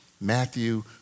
Matthew